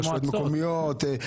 רשויות מקומיות,